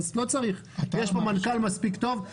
לא צריך, יש פה מנכ"ל מספיק טוב.